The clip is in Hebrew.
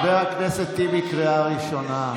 חבר הכנסת טיבי, קריאה ראשונה.